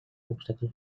obstacles